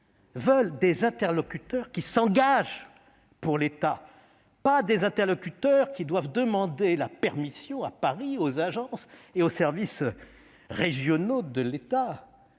veulent des interlocuteurs qui s'engagent pour l'État, non des interlocuteurs demandant la permission à Paris, aux agences et aux services régionaux de l'État.